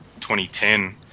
2010